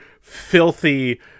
filthy